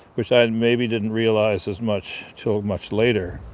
which i and maybe didn't realize as much till much later.